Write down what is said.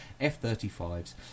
F-35s